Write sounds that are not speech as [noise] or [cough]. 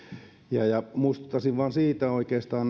ja ja muistuttaisin vain siitä oikeastaan [unintelligible]